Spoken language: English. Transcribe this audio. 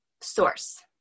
source